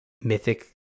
mythic